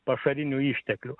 pašarinių išteklių